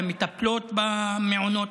למטפלות במעונות,